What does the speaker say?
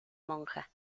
monja